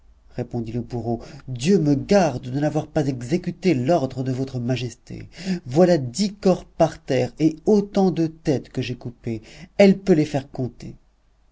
répondit le bourreau dieu me garde de n'avoir pas exécuté l'ordre de votre majesté voilà dix corps par terre et autant de têtes que j'ai coupées elle peut les faire compter